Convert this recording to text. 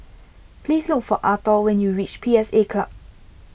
please look for Arthor when you reach P S A Club